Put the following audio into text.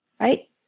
right